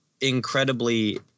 incredibly